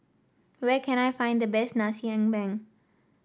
where can I find the best Nasi Ambeng